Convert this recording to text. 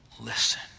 listen